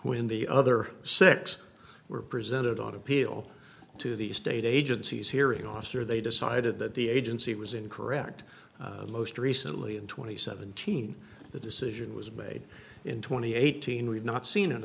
when the other six were presented on appeal to the state agencies hearing officer they decided that the agency was incorrect most recently in twenty seventeen the decision was made in two thousand and eighteen we've not seen an